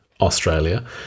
Australia